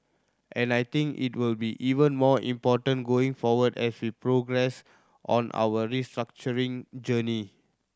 and I think it will be even more important going forward as we progress on our restructuring journey